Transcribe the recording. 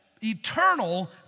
eternal